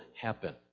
happen